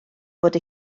fod